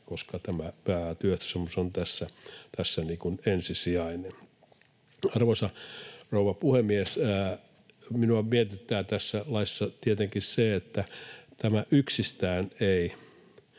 koska työehtosopimus on tässä ensisijainen. Arvoisa rouva puhemies! Minua mietityttää tässä laissa tietenkin se, että tämä yksistään ei